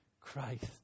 Christ